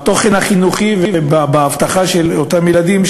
בתוכן החינוכי ובאבטחה של אותם ילדים,